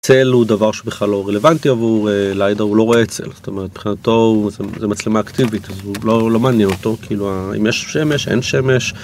צל הוא דבר שבכלל לא רלוונטי עבור לידר, הוא לא רואה צל זאת אומרת, מבחינתו זה מצלמה אקטיבית, אז הוא לא מעניין אותו כאילו, אם יש שמש, אין שמש